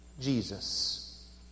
Jesus